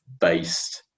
based